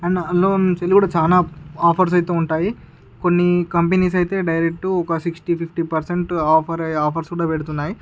and అందులో నుంచి కూడా చాలా ఆఫర్స్ అయితే ఉంటాయి కొన్ని కంపెనీస్ అయితే డైరెక్ట్ ఒక sixty fifty percent offer offers కూడా పెడుతున్నాయి